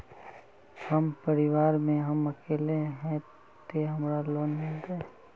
हम परिवार में हम अकेले है ते हमरा लोन मिलते?